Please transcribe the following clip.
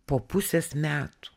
po pusės metų